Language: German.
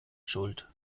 schuld